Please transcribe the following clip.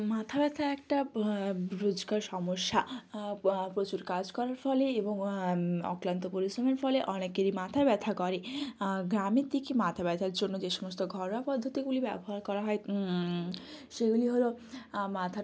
মাথা ব্যথা একটা রোজকার সমস্যা প্রচুর কাজ করার ফলে এবং অক্লান্ত পরিশ্রমের ফলে অনেকেরই মাথা ব্যথা করে গ্রামের দিকে মাথা ব্যথার জন্য যে সমস্ত ঘরোয়া পদ্ধতিগুলি ব্যবহার করা হয় সেগুলি হলো আমার মাথাটা